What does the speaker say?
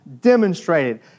demonstrated